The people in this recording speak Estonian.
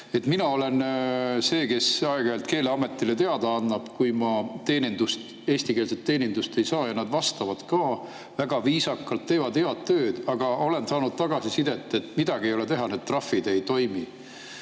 Mina olen see, kes aeg-ajalt Keeleametile teada annab, kui ma eestikeelset teenindust ei saa, ja nad vastavad ka väga viisakalt, teevad head tööd, aga olen saanud tagasisidet, et midagi ei ole teha, need trahvid ei toimi.